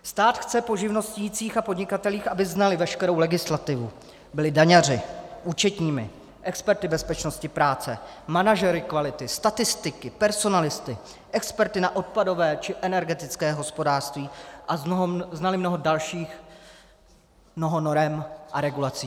Stát chce po živnostnících a podnikatelích, aby znali veškerou legislativu, byli daňaři, účetními, experty bezpečnosti práce, manažery kvality, statistiky, personalisty, experty na odpadové či energetické hospodářství a znali mnoho dalších norem a regulací.